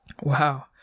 Wow